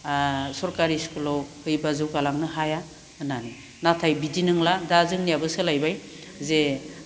सराखारि स्कुलाव होयोब्ला जौगालांनो हाया होननानै नाथाय बिदि नोंला दा जोंनियाबो सोलायबाय जे